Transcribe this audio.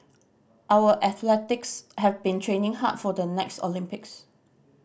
our athletics have been training hard for the next Olympics